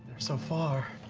so far,